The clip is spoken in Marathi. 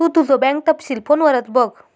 तु तुझो बँक तपशील फोनवरच बघ